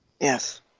Yes